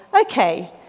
okay